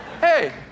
hey